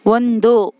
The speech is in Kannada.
ಒಂದು